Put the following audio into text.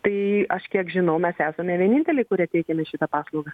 tai aš kiek žinau mes esame vieninteliai kurie teikiame šitą paslaugą